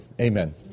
amen